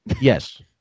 yes